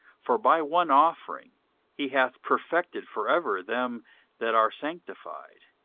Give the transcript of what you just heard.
for by one offering he hath perfected for ever them that are sanctified.